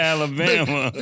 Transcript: Alabama